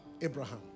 Abraham